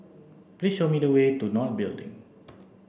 please show me the way to not Building